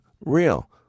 real